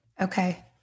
Okay